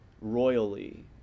royally